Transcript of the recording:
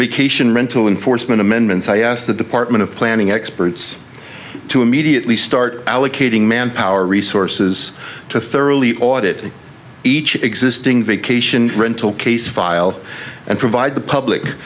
vacation rental enforcement amendments i asked the department of planning experts to immediately start allocating manpower resources to thoroughly audit each existing vacation rental case file and provide the public